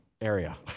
area